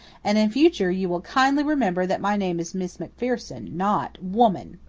and in future you will kindly remember that my name is miss macpherson, not woman!